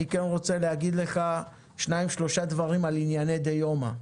אני רוצה לומר לך שניים-שלושה דברים על ענייני דיומא: